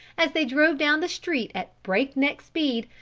as they drove down the street at break-neck speed,